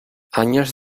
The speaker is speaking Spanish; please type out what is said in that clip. años